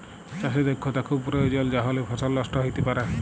চাষে দক্ষতা খুব পরয়োজল লাহলে ফসল লষ্ট হ্যইতে পারে